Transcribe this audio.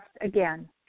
again